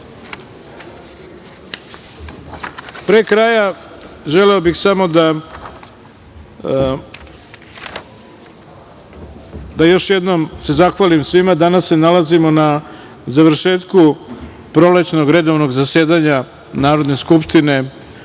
kraja, želeo bih samo da se još jednom zahvalim svima. Danas se nalazimo na završetku prolećnog redovnog zasedanja Narodne skupštine